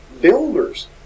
builders